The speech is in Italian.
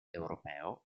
europeo